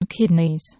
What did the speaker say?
kidneys